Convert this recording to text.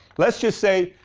let's just say,